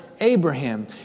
Abraham